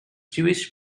jewish